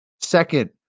Second